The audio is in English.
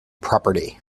property